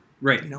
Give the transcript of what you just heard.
Right